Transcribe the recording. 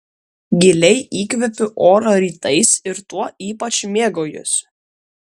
giliai įkvepiu oro rytais ir tuo ypač mėgaujuosi